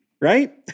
right